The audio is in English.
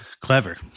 clever